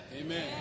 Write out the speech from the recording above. Amen